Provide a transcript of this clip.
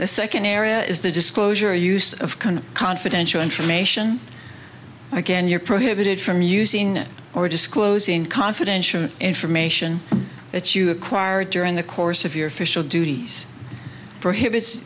the second area is the disclosure use of confidential information again you're prohibited from using or disclosing confidential information that you acquired during the course of your official duties prohibits